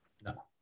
No